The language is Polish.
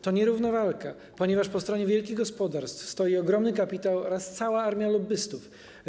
To nierówna walka, ponieważ po stronie wielkich gospodarstw stoi ogromny kapitał oraz cała armia lobbystów.